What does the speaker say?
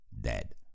dead